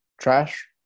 trash